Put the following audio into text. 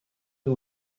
who